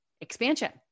Expansion